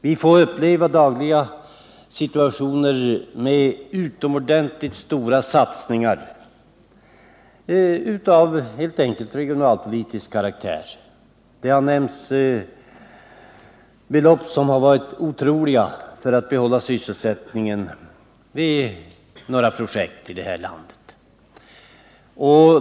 Vi får dagligen uppleva situationer med utomordentligt stora satsningar av regionalpolitisk karaktär. När det gäller att behålla sysselsättningen har det nämnts belopp som har varit otroliga för några projekt i detta land.